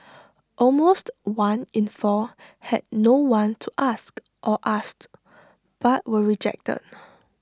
almost one in four had no one to ask or asked but were rejected